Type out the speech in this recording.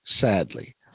sadly